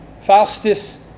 Faustus